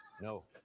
No